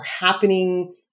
happening